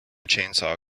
chainsaw